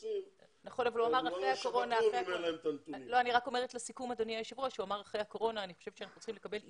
אבל הוא אמר אחרי הקורונה ואני חושבת שאנחנו צריכים לקבל עדכון.